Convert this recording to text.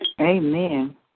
Amen